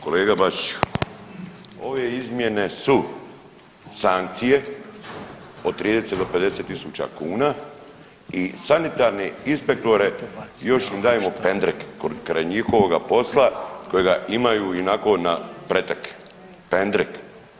Kolega Bačiću, ove izmjene su sankcije od 30 do 50 tisuća kuna i sanitarne inspektore još im dajmo pendreke kraj njihovoga posla kojega imaju ionako na pretek, pendrek.